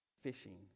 fishing